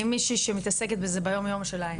אם מישהי שמתעסקת בזה ביומיום שלה,